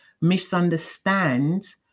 misunderstand